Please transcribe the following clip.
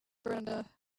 brenda